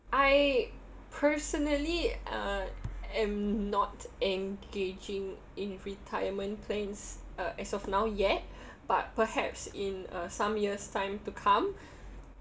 I personally uh am not engaging in retirement plans uh as of now yet but perhaps in uh some years time to come